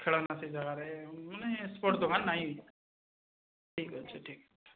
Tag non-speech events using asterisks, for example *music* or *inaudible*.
ଖେଳନା ସେ ଯାଗାରେ ମାନେ *unintelligible* ଦୋକାନ୍ ନାଇଁ ଠିକ୍ ଅଛି ଠିକ୍